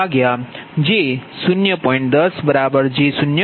તેથીV3fV2f j0